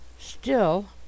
Still